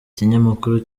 ikinyamakuru